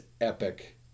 epic